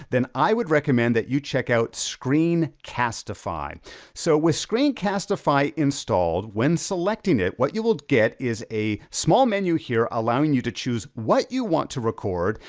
then i would recommend that you check out, screencastify. so with screencastify installed, when selecting it, what you will get, is a small menu here, allowing you to choose what you want to record.